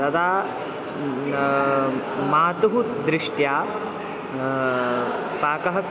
तदा मातुः दृष्ट्या पाकम्